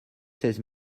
treize